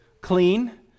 clean